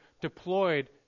deployed